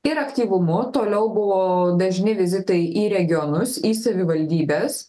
ir aktyvumu toliau buvo dažni vizitai į regionus į savivaldybes